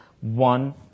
One